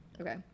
okay